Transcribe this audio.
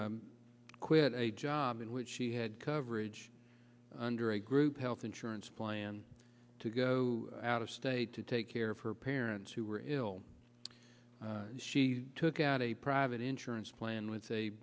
quit a job in which she had coverage under a group health insurance plan to go out of state to take care of her parents who were ill she took out a private insurance plan w